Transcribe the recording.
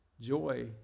Joy